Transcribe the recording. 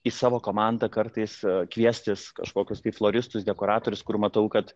į savo komandą kartais kviestis kažkokius tai floristus dekoratorius kur matau kad